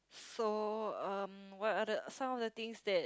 so um what are the some of things that